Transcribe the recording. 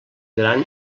gran